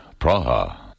Praha